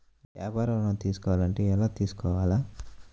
వ్యాపార ఋణం తీసుకోవాలంటే ఎలా తీసుకోవాలా?